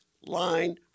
line